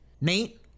Nate